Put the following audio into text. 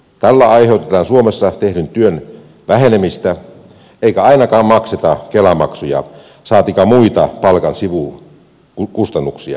tällä aiheutetaan suomessa tehdyn työn vähenemistä eikä ainakaan makseta kela maksuja saatikka muita palkan sivukustannuksia suomeen